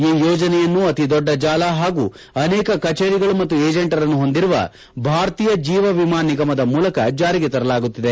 ಈ ಯೋಜನೆಯನ್ನು ಅತಿ ದೊಡ್ಡ ಜಾಲ ಹಾಗೂ ಅನೇಕ ಕಚೇರಿಗಳು ಮತ್ತು ಏಜೆಂಟರನ್ನು ಹೊಂದಿರುವ ಭಾರತೀಯ ಜೀವ ವಿಮಾ ನಿಗಮದ ಮೂಲಕ ಜಾರಿಗೆ ತರಲಾಗುತ್ತಿದೆ